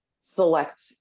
select